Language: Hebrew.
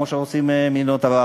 כמו שעושות מדינות ערב.